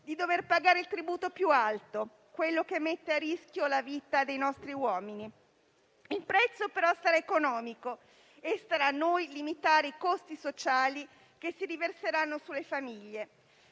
di dover pagare il tributo più alto: quello che mette a rischio la vita dei nostri uomini. Il prezzo, però, sarà economico e starà a noi limitare i costi sociali che si riverseranno sulle famiglie.